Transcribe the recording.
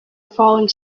falling